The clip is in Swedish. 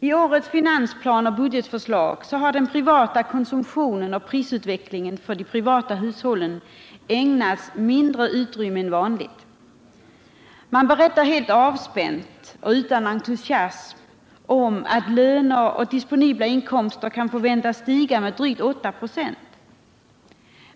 I årets finansplan och budgetförslag har den privata konsumtionen och prisutvecklingen för de privata hushållen ägnats mindre utrymme än vanligt. Man berättar helt avspänt och utan entusiasm om att löner och disponibla inkomster väntas stiga med drygt 8 926.